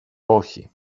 όχι